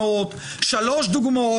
שלוש דוגמאות?